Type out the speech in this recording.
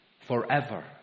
forever